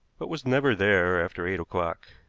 but was never there after eight o'clock.